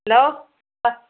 hello